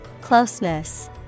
Closeness